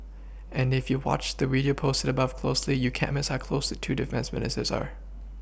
and if you watch the video posted above closely you can't Miss how close two defence Ministers are